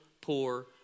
poor